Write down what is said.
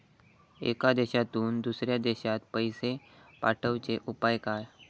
एका देशातून दुसऱ्या देशात पैसे पाठवचे उपाय काय?